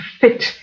fit